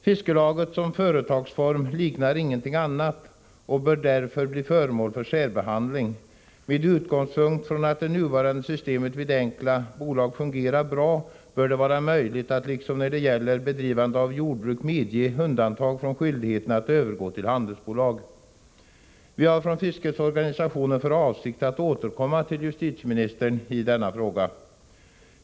Fiskelaget som företagsform liknar ingenting annat och bör därför bli föremål för särbehandling. Med utgångspunkt i att det nuvarande systemet med enkla bolag fungerar bra bör det vara möjligt att, liksom när det gäller bedrivande av jordbruk, medge undantag från skyldigheten att övergå till handelsbolag. Vi har från fiskets organisationer för avsikt att återkomma till justitieministern i denna fråga.